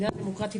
מדינה דמוקרטית,